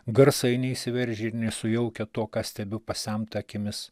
garsai neįsiveržia ir nesujaukia to ką stebiu pasemtą akimis